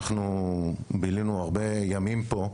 ובילינו הרבה ימים פה,